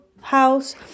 house